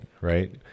right